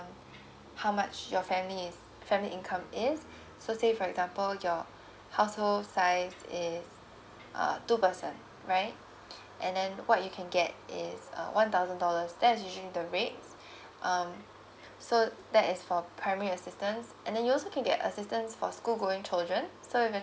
how much your family is family income is so say for example your household size is uh two person right and then what you can get is uh one thousand dollars that's usually the rates um so that is for primary assistance and then you also can get assistance for school going children so your